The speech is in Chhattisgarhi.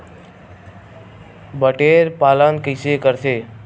बटेर पालन कइसे करथे?